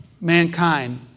mankind